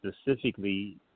specifically